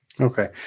Okay